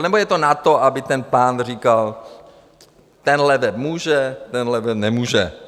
Nebo je to na to, aby ten pán říkal tenhleten může, tenhleten nemůže.